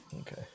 Okay